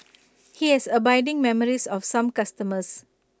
he has abiding memories of some customers